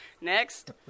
Next